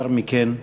לאחר מכן,